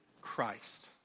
Christ